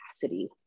capacity